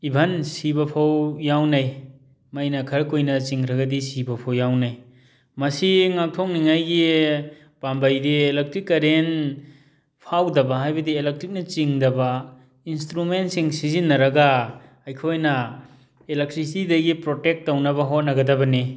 even ꯁꯤꯕꯐꯧ ꯌꯥꯎꯅꯩ ꯃꯩꯅ ꯈꯔ ꯀꯨꯏꯅ ꯆꯤꯡꯈ꯭ꯔꯒꯗꯤ ꯁꯤꯕꯐꯧ ꯌꯥꯎꯅꯩ ꯃꯁꯤ ꯉꯥꯛꯊꯣꯛꯅꯤꯉꯥꯏꯒꯤ ꯄꯥꯝꯕꯩꯗꯤ ꯑꯦꯂꯦꯛꯇ꯭ꯔꯤꯛ ꯀꯔꯦꯟ ꯐꯥꯎꯗꯕ ꯍꯥꯏꯕꯗꯤ ꯑꯦꯂꯦꯛꯇ꯭ꯔꯤꯛꯅ ꯆꯤꯡꯗꯕ ꯏꯟꯁꯇ꯭ꯔꯨꯃꯦꯟꯁꯤꯡ ꯁꯤꯖꯤꯟꯅꯔꯒ ꯑꯩꯈꯣꯏꯅ ꯑꯦꯂꯦꯛꯇ꯭ꯔꯤꯛꯁꯤꯇꯤꯗꯒꯤ ꯄ꯭ꯔꯣꯇꯦꯛ ꯇꯧꯅꯕ ꯍꯣꯠꯅꯒꯗꯕꯅꯤ